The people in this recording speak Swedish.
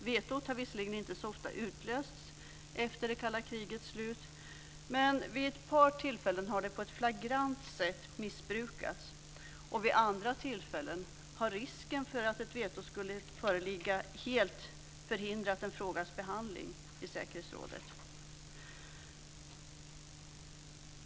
Vetot har visserligen inte så ofta utlösts efter det kalla krigets slut, men vid ett par tillfällen har det på ett flagrant sätt missbrukats. Vid andra tillfällen har risken för att ett veto skulle föreligga helt förhindrat en frågas behandling i säkerhetsrådet.